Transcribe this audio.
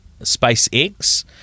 SpaceX